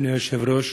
אדוני היושב-ראש,